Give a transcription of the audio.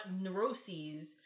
neuroses